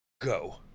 Go